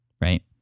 right